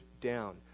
down